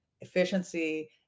efficiency